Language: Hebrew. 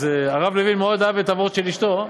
אז הרב לוין מאוד אהב את הוורט של אשתו,